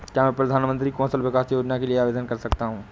क्या मैं प्रधानमंत्री कौशल विकास योजना के लिए आवेदन कर सकता हूँ?